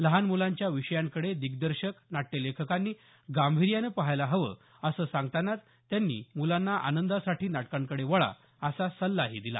लहान मुलांच्या विषयांकडे दिग्दर्शक नाट्य लेखकांनी गांभीर्यानं पहायला हवं असं सांगतानाच त्यांनी मुलांना आनंदासाठी नाटकांकडे वळा असा सल्लाही दिला